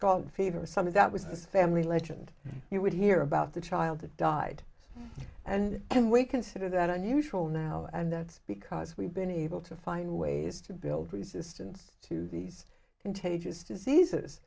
called favor something that was this family legend you would hear about the child that died and and we consider that unusual now and that's because we've been able to find ways to build resistance to these contagious diseases